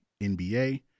NBA